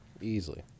Easily